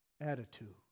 Attitude